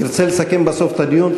תרצה לסכם בסוף את הדיון?